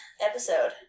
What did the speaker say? episode